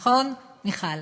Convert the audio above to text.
נכון, מיכל?